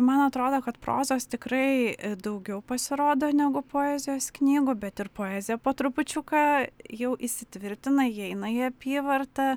man atrodo kad prozos tikrai daugiau pasirodo negu poezijos knygų bet ir poezija po trupučiuką jau įsitvirtina įeina į apyvartą